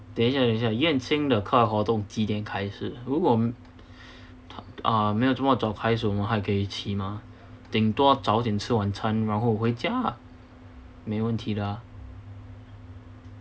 等下等下 yan qing 的课外活动几点开始如果呃没有这么早开始我们还可以一起嘛顶多早点吃晚餐然后回家啊没问题的啊